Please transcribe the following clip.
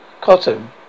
Cotton